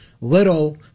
little